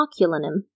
oculinum